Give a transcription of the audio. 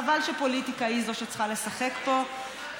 חבל שפוליטיקה היא שצריכה לשחק פה,